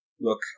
Look